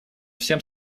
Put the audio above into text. всем